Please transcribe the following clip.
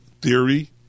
theory